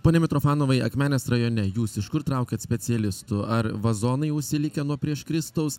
pone mitrofanovai akmenės rajone jūs iš kur traukiat specialistų ar vazonai užsilikę nuo prieš kristaus